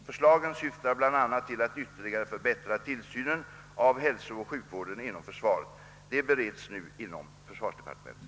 Förslagen syftar bl.a. till att ytterligare förbättra tillsynen av hälsooch sjukvården inom försvaret. De be: reds nu inom försvarsdepartementet.